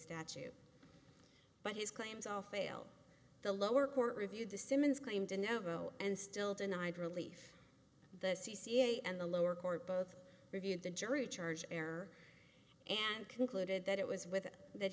statute but his claims all failed the lower court reviewed the simmons claim to know and still denied relief the c c a and the lower court both reviewed the jury charge error and concluded that it was with that